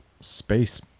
space